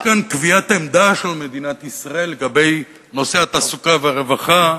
יש כאן קביעת עמדה של מדינת ישראל לגבי נושא התעסוקה והרווחה.